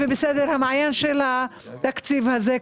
בראש מעייניו של התקציב הזה.